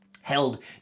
held